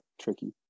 tricky